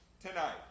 tonight